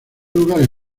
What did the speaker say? lugares